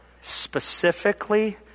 specifically